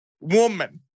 woman